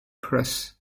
press